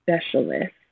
specialist